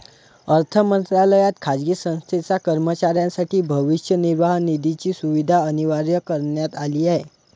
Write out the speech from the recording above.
अर्थ मंत्रालयात खाजगी संस्थेच्या कर्मचाऱ्यांसाठी भविष्य निर्वाह निधीची सुविधा अनिवार्य करण्यात आली आहे